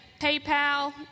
paypal